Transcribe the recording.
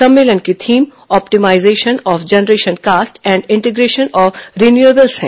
सम्मलेन की theme optimisation of generation cost and integration of renewables है